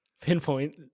Pinpoint